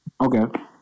Okay